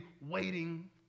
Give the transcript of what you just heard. waiting